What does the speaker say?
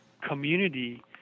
community